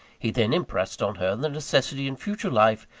he then impressed on her the necessity in future life,